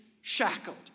shackled